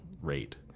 rate